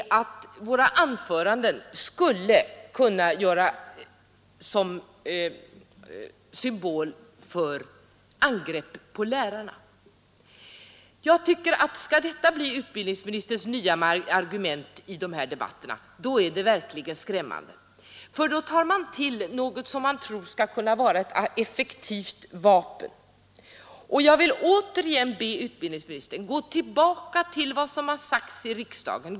Våra anföranden skulle vara ett indirekt angrepp på lärarna. Skall detta bli utbildningsministerns nya argument i de här debatterna är det verkligen skrämmande. Då tar han bara till någonting som han tror skall kunna vara ett effektivt vapen. Jag vill återigen be utbildningsministern gå tillbaka till vad som sagts i riksdagen.